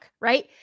right